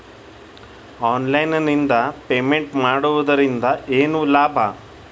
Online ನಿಂದ payment ಮಾಡುವುದರಿಂದ ಏನು ಲಾಭ?